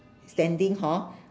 standing hor